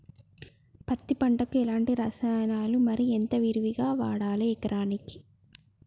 పత్తి పంటకు ఎలాంటి రసాయనాలు మరి ఎంత విరివిగా వాడాలి ఎకరాకి?